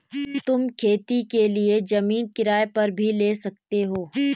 तुम खेती के लिए जमीन किराए पर भी ले सकते हो